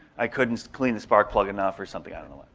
i couldn't clean the spark plug enough or something, i don't know.